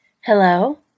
Hello